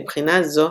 מבחינה זו,